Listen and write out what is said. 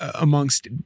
amongst